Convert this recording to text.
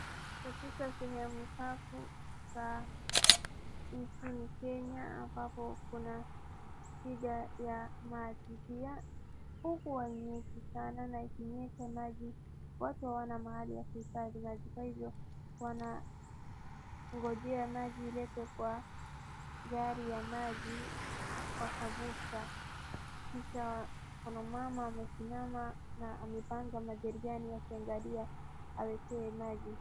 Katika sehemu kavu za nchini Kenya ambapo kuna shida ya maji, pia huku hainyeshi sana na ikinyesha maji watu hawana mahali ya kuhifadhi maji kwa hivyo wanangojea maji iletwe kwa gari ya maji, watavuta, kisha kuna mama amesimama na amepanga majerikani akiangalia aletewe maji.